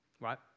Right